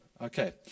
okay